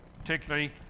particularly